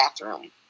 bathroom